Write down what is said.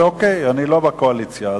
אוקיי, אני לא בקואליציה.